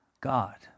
God